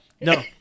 No